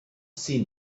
see